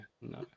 no